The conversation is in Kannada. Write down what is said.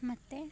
ಮತ್ತು